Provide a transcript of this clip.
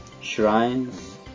shrines